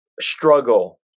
struggle